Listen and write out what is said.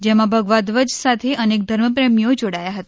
જેમાં ભગવા ધ્વજ સાથે અનેક ધર્મપ્રેમીઓ જોડાયા હતા